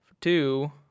two